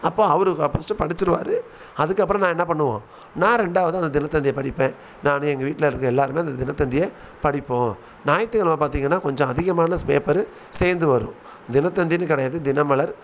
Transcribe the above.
அப்போ அவர் கா ஃபர்ஸ்ட்டு படித்திருவாரு அதுக்கப்புறம் நான் என்ன பண்ணுவோம் நான் ரெண்டாவது அந்த தினத்தந்தியைப் படிப்பேன் நான் எங்கள் வீட்டில் இருக்கற எல்லோருமே அந்தத் தினத்தந்தியை படிப்போம் ஞாயிற்றுக்கெலம பார்த்திங்கன்னா கொஞ்சம் அதிகமான பேப்பரு சேர்ந்து வரும் தினத்தந்தினு கிடையாது தினமலர்